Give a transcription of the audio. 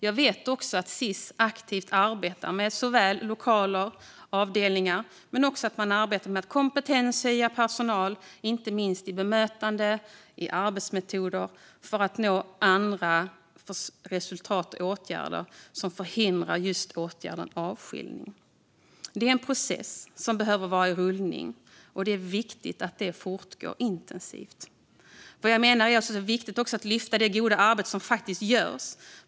Jag vet också att Sis aktivt arbetar såväl med lokaler och avdelningar som med att kompetenshöja personal inte minst i bemötande och arbetsmetoder för att nå andra resultat och åtgärder som förhindrar just åtgärden avskiljning. Det är en process som behöver vara i rullning, och det är viktigt att det fortgår intensivt. Jag menar att det också är viktigt att lyfta det goda arbete som faktiskt görs.